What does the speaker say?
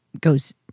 Goes